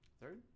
Third